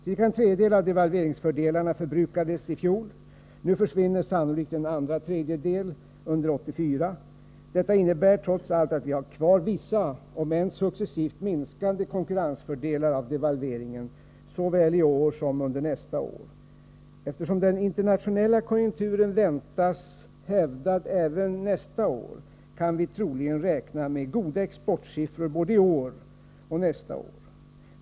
Ca en tredjedel av devalve Ri : Gt ör 5 å Vid remiss av ringsfördelarna försreRanes: fjol. Nu FÖrvinner sannolikt en se LEG kompletteringsprodel under 1984. Detta innebär trots allt att vi har kvar vissa, om än successivt positionen minskande konkurrensfördelar av devalveringen såväl i år som under nästa år. Eftersom den internationella konjunkturen väntas hävdad även 1985, kan vi troligen räkna med goda exportsiffror både i år och nästa år.